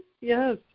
Yes